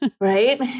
Right